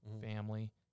family